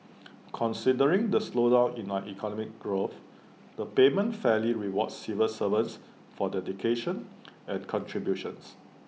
considering the slowdown in our economic growth the payment fairly rewards civil servants for the dedication and contributions